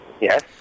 Yes